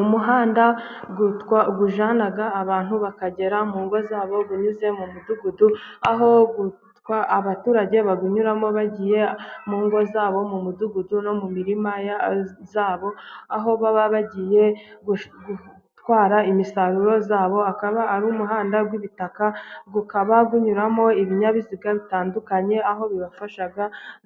Umuhanda ujyana abantu bakagera mu ngo zabo banyuze mu mudugudu, aho abaturage bawuyuramo bagiye mu ngo zabo mu mudugudu no mu mirima yabo , aho baba bagiye gutwara imisaruro yabo. Akaba ari umuhanda w'ibitaka . Ukaba unyuramo ibinyabiziga bitandukanye aho bibafasha